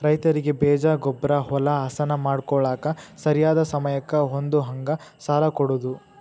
ರೈತರಿಗೆ ಬೇಜ, ಗೊಬ್ಬ್ರಾ, ಹೊಲಾ ಹಸನ ಮಾಡ್ಕೋಳಾಕ ಸರಿಯಾದ ಸಮಯಕ್ಕ ಹೊಂದುಹಂಗ ಸಾಲಾ ಕೊಡುದ